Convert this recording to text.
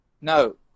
No